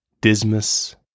Dismas